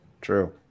true